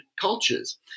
cultures